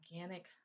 organic